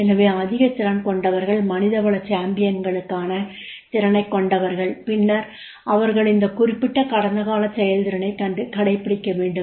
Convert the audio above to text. எனவே அதிகத் திறன் கொண்டவர்கள் மனிதவள சாம்பியன்களுக்கான திறனைக் கொண்டவர்கள் பின்னர் அவர்கள் இந்த குறிப்பிட்ட கடந்த காலச் செயல்திறனைக் கடைப்பிடிக்க வேண்டும்